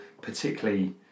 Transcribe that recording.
particularly